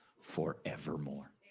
forevermore